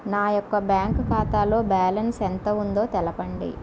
నా యొక్క బ్యాంక్ ఖాతాలో బ్యాలెన్స్ ఎంత ఉందో తెలపండి?